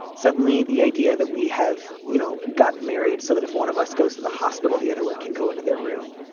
suddenly the idea that we have you know gotten married so that if one of us goes to the hospital the other one can go into their room.